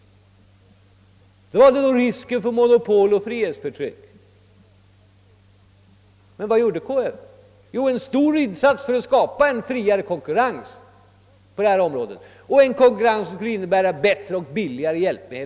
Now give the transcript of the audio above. Då framhölls risken för monopol. Men vad gjorde KF? Jo, en stor insats för att skapa friare konkurrens som gav konsumenterna billigare och bättre produkter.